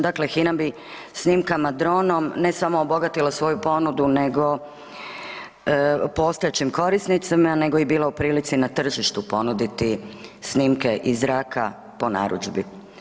Dakle HINA bi snimkama dronom, ne samo obogatila svoju ponudu, nego, postojećim korisnicima, nego i bila u prilici na tržištu ponuditi snimke iz zraka po narudžbi.